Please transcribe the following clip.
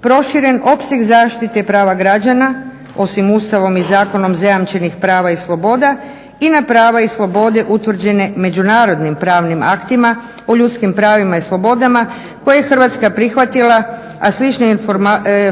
proširen opseg zaštite prava građana, osim Ustavom i zakonom zajamčenih prava i sloboda i na prava i slobode utvrđene međunarodnim pravnim aktima u ljudskih pravima i slobodama koje je Hrvatska prihvatila, a slična